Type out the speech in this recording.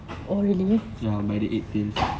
ya by the eight tails